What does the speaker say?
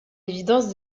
évidence